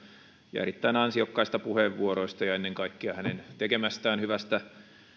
ja erittäin ansiokkaista puheenvuoroista ja ennen kaikkea hänen tekemästään hyvästä